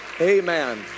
Amen